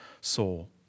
soul